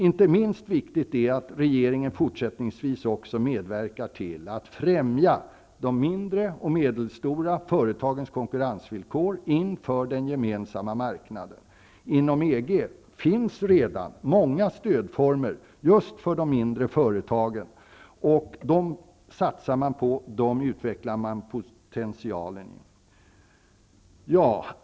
Inte minst viktigt är att regeringen fortsättningsvis också medverkar till att främja de mindre och medelstora företagens konkurrensvillkor inför den gemensamma marknaden. Inom EG finns redan många stödformer just för de mindre företagen. Dessa stödformer satsar man på och utvecklar deras potential.